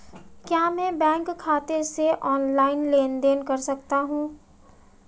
क्या मैं बैंक खाते से ऑनलाइन लेनदेन कर सकता हूं?